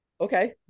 Okay